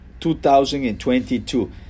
2022